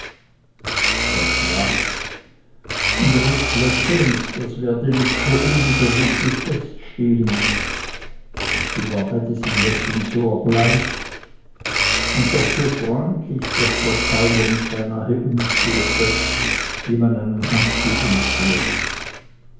erschrak und rief lächelnd das werde nicht so unwiderruflich feststehen sie war bei diesem lächeln so erbleicht und doch so freundlich daß der zauber mich beinahe umkehrte wie man einen handschuh umkehrt